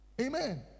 Amen